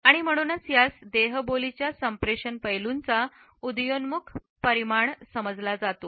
आणि म्हणूनच यास देहबोलीच्या संप्रेषण पैलूंचा उदयोन्मुख परिमाण समजला जातो